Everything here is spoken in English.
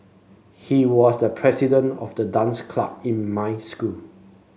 he was the president of the dance club in my school